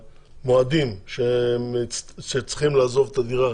במועדים שצריכים לעזוב את הדירה,